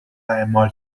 اعمال